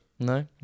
No